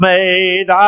Made